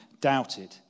doubted